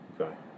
Okay